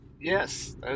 Yes